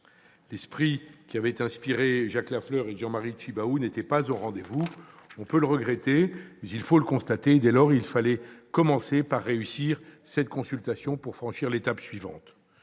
L'esprit qui avait inspiré Jacques Lafleur et Jean-Marie Tjibaou n'était pas au rendez-vous. On peut le regretter, mais il faut le constater. Dès lors, il fallait commencer par réussir cette consultation pour passer à l'étape suivante.